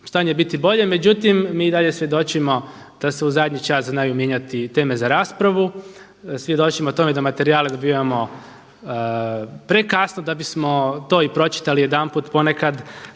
stanje biti bolje međutim mi i dalje svjedočimo da se u zadnji čas znaju mijenjati teme za raspravu, svjedočimo tome da materijale dobivamo prekasno da bismo to i pročitali jedanput, ponekad